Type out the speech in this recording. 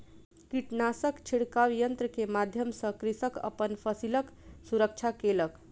कीटनाशक छिड़काव यन्त्र के माध्यम सॅ कृषक अपन फसिलक सुरक्षा केलक